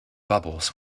bubbles